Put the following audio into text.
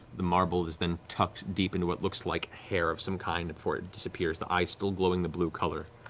the marble is then tucked deep into what looks like hair of some kind before it disappears, the eyes still glowing the blue color.